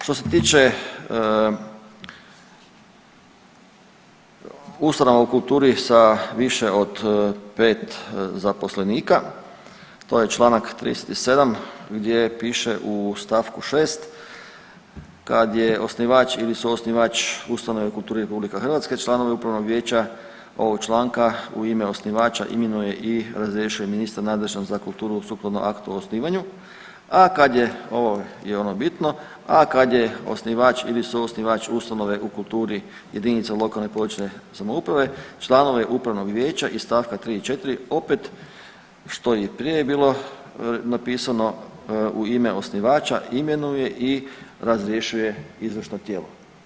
Što se tiče ustanova u kulturi sa više od 5 zaposlenika to je članak 37. gdje piše u stavku 6. kad je osnivač ili suosnivač ustanove u kulturi Republika Hrvatska i članovi Upravnog vijeća ovog članka u ime osnivača imenuje i razrješuje ministra nadležnog za kulturu sukladno aktu o osnivanju, a kad je ovo i ono bitno, a kad je osnivač ili suosnivač ustanove u kulturi jedinica lokalne i područne samouprave članove upravnog vijeća iz stavka 3. i 4. opet što je i prije bilo napisano u ime osnivača imenuje i razrješuje izvršno tijelo.